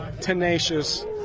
tenacious